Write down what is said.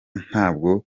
ntabwo